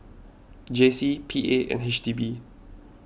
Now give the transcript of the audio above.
J C P A and H D B